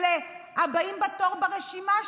של הבאים בתור ברשימה,